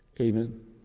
Amen